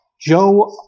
Joe